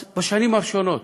אז בשנים הראשונות,